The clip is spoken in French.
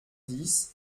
dix